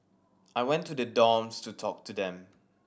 I went to the dorms to talk to them